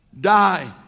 die